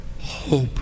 hope